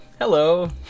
hello